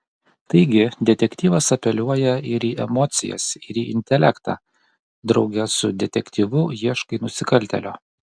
taigi detektyvas apeliuoja ir į emocijas ir į intelektą drauge su detektyvu ieškai nusikaltėlio